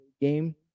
game